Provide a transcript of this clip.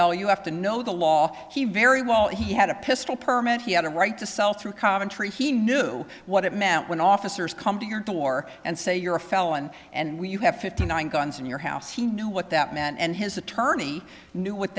l you have to know the law he very well he had a pistol permit he had a right to sell through commentry he knew what it meant when officers come to your door and say you're a felon and when you have fifty nine guns in your house he knew what that meant and his attorney knew what